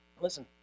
Listen